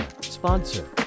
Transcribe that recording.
sponsor